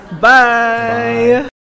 Bye